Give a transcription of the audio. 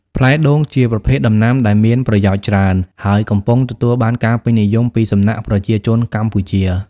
ផ្លែដូងជាប្រភេទដំណាំដែលមានប្រយោជន៍ច្រើន ហើយកំពុងទទួលបានការពេញនិយមពីសំណាក់ប្រជាជនកម្ពុជា។